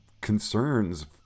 concerns